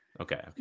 Okay